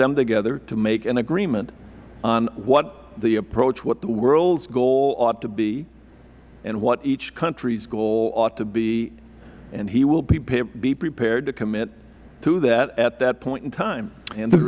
them together to make an agreement on what the approach what the world's goal ought to be and what each country's goal ought to be and he will be prepared to commit to that at that point in time and the